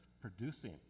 producing